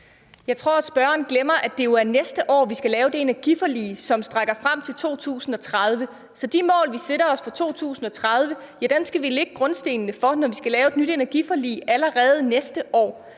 Jeg tror, at spørgeren glemmer, at det jo er næste år, vi skal lave det energiforlig, som strækker frem til 2030. Så de mål, vi sætter os for 2030, skal vi lægge grundstenen til, når vi skal lave et nyt energiforlig allerede næste år.